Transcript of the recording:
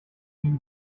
new